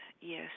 yes